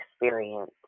experience